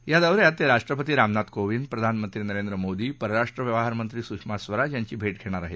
या दौऱ्यात ते राष्ट्रपती रामनाथ कोविद प्रधानमंत्री नरेंद्र मोदी परराष्ट्र व्यवहार मंत्री सुषमा स्वराज यांची भेट घेणार आहेत